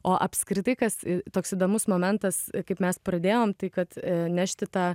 o apskritai kas toks įdomus momentas kaip mes pradėjom tai kad nešti tą